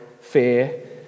fear